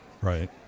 right